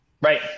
Right